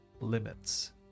limits